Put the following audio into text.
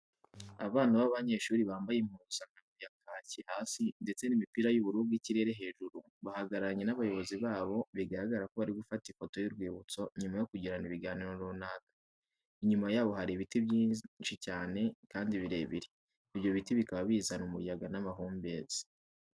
Abana b'abanyeshuri bambaye impuzankano ya kaki hasi ndetse n'imipira y'ubururu bw'ikirere hejuru, bahagararanye n'abayobozi babo, bigaragara ko bari gufata ifoto y'urwibutso nyuma yo kugirana ibiganiro runaka. Inyuma yabo hari ibiti byinshi cyane kandi birebire, ibyo biti bikaba bizana umuyaga n'amahumbezi.